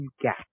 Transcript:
gap